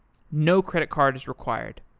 no credit card is required.